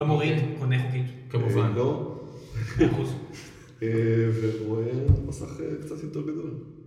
אתה מוריד? קונה חוקית? כמובן. לא. אחוז. אהה, ורואה, על מסך קצת יותר גדול.